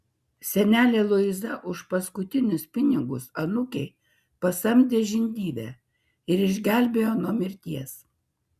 senelė luiza už paskutinius pinigus anūkei pasamdė žindyvę ir išgelbėjo nuo mirties